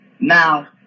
Now